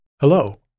Hello